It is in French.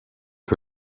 que